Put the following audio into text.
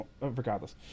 regardless